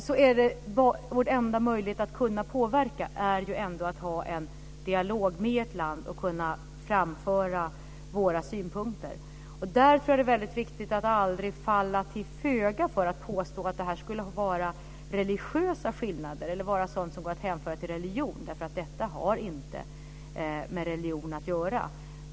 I de frågorna är vår enda möjlighet att påverka att ha en dialog och kunna framföra våra synpunkter. Det är viktigt att aldrig falla till föga för påståendet att det skulle vara religiösa skillnader. Detta har inte med religion att göra.